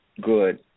good